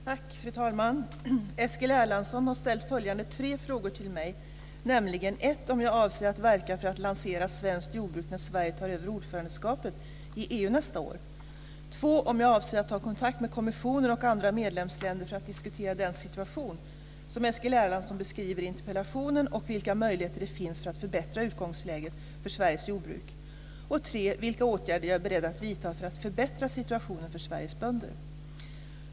Fru talman! Eskil Erlandsson har ställt tre frågor till mig om följande saker: 1 om jag avser att verka för att lansera svenskt jordbruk när Sverige tar över ordförandeskapet i 2 om jag avser att ta kontakt med kommissionen och andra medlemsländer för att diskutera den situation som Eskil Erlandsson beskriver i interpellationen och vilka möjligheter det finns för att förbättra utgångsläget för Sveriges jordbruk samt 3 vilka åtgärder jag är beredd att vidta för att förbättra situationen för Sveriges bönder.